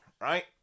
right